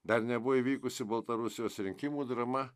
dar nebuvo įvykusi baltarusijos rinkimų drama